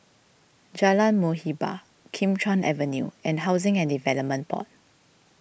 Jalan Muhibbah Kim Chuan Avenue and Housing and Development Board